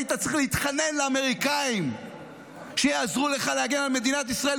היית צריך להתחנן לאמריקאים שיעזרו לך להגן על מדינת ישראל,